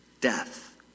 Death